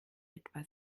etwa